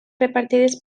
repartides